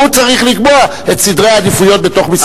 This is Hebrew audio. והוא צריך לקבוע את סדרי העדיפויות בתוך משרד האוצר.